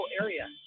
area